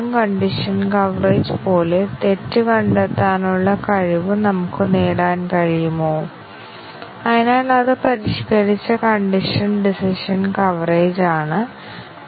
ഇപ്പോൾ ബ്രാഞ്ച് കവറേജിനായി ഈ പരാമീറ്ററുകളിൽ ഒന്ന് ശരിയാണെങ്കിൽ ഡിജിറ്റ് ഹൈ ശരിയാണെന്നും അക്കം കുറഞ്ഞതാണെന്നും പറയട്ടെ നമുക്ക് അത് ശരിയും തെറ്റും ആയി സജ്ജമാക്കാം അപ്പോൾ ബ്രാഞ്ച് കവറേജ് കൈവരിക്കും